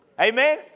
amen